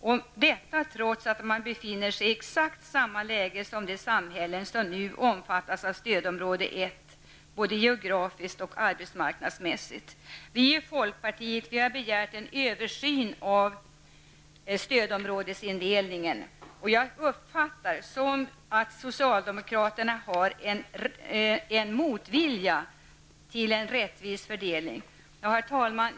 Och detta trots att man befinner sig i exakt samma läge som de samhällen som nu omfattas av stödområde 1, både geografiskt och arbetsmarknadsmässigt. Vi i folkpartiet har begärt en översyn av stödområdesindelningen. Jag uppfattar det som att socialdemokraterna har en motvilja till rättvis fördelning. Herr talman!